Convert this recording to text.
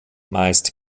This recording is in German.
meist